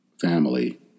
Family